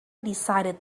decided